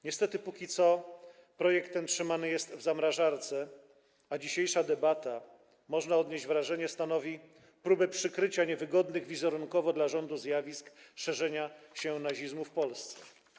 Niestety póki co projekt ten trzymany jest w zamrażarce, a dzisiejsza debata - można odnieść wrażenie - stanowi próbę przykrycia niewygodnych wizerunkowo dla rządu zjawisk szerzenia się nazizmu w Polsce.